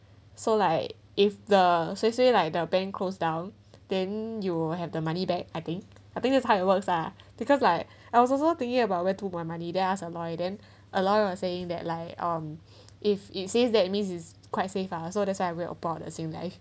so like if the say say like the bank closed down then you have the money back I think I think that's how it works lah because like I was also thinking about where to my money then ask a lawyer then a lawyer was saying that like um if it says that means it is quite safe lah so that's I read about the same like